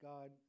God